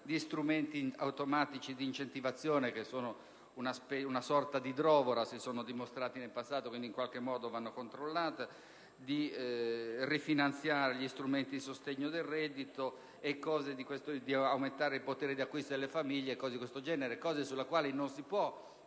di strumenti automatici di incentivazione (che si sono dimostrati nel passato una sorta di idrovora, quindi in qualche modo vanno controllati), di rifinanziare gli strumenti di sostegno del reddito, di aumentare il potere di acquisto delle famiglie e cose di questo genere; cose sulle quali non si può